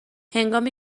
هنگامی